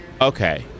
okay